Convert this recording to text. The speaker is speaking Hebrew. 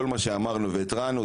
כל מה שאמרנו והתרענו,